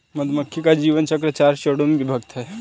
मधुमक्खी का जीवन चक्र चार चरणों में विभक्त है